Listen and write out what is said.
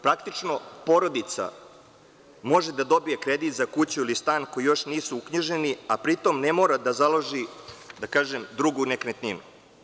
Praktično, porodica može da dobije kredit za kuću ili stan koji još nisu uknjiženi, a pritom ne mora da založi drugi nekretninu.